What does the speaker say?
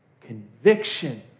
conviction